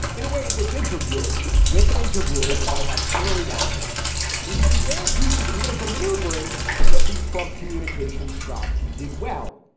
in a way, this interview with an interviewer the white house clearly wanted is the real piece of political maneuvering that the trump communications shop did well.